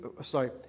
sorry